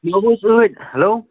مےٚ ٲدۍ ہیلو